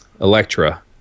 Electra